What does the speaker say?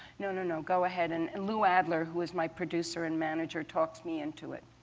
no, no, no, go ahead. and lou adler, who was my producer and manager, talks me into it.